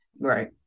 Right